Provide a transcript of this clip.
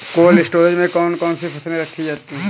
Cold storage में कौन कौन सी फसलें रखी जाती हैं?